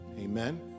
Amen